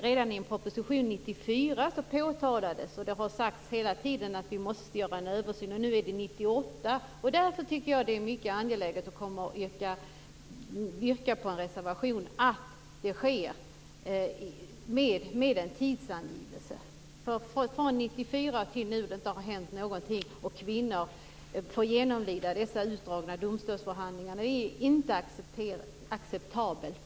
Redan i en proposition 1994 påtalades detta, och det har hela tiden sagts att vi måste göra en översyn. Nu är det 1998. Därför tycker jag att det är mycket angeläget att yrka bifall till en reservation om att detta sker med en tidsangivelse. Från 1994 till nu har det inte hänt någonting, och kvinnor har fått genomlida dessa utdragna domstolsförhandlingar. Det är inte acceptabelt.